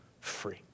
free